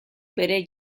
bere